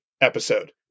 episode